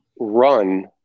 run